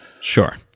Sure